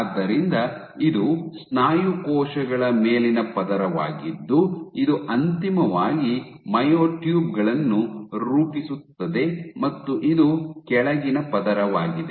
ಆದ್ದರಿಂದ ಇದು ಸ್ನಾಯು ಕೋಶಗಳ ಮೇಲಿನ ಪದರವಾಗಿದ್ದು ಅದು ಅಂತಿಮವಾಗಿ ಮಯೋಟ್ಯೂಬ್ ಗಳನ್ನು ರೂಪಿಸುತ್ತದೆ ಮತ್ತು ಇದು ಕೆಳಗಿನ ಪದರವಾಗಿದೆ